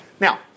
Now